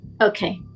Okay